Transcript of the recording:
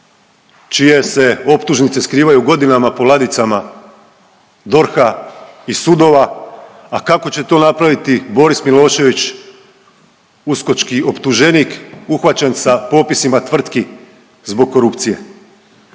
čije se optužnice skrivaju godinama po ladicama DORH-a i sudova, a kako će to napraviti Boris Milošević uskočki optuženik uhvaćen sa popisima tvrtki zbog korupcije?